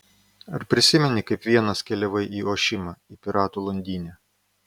ar prisimeni kaip vienas keliavai į ošimą į piratų landynę